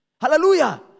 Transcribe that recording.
hallelujah